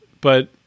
But-